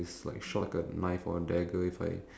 so ya you gotta prepare